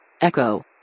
Echo